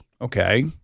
Okay